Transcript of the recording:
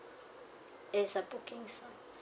is a booking site